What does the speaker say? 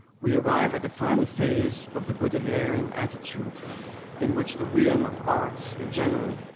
we arrive at the final phase of the baudelarian attitude in which the realm of art in general,